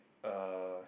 uh